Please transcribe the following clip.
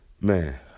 Man